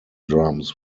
drums